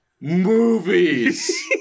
movies